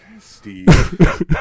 Steve